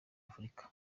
afurika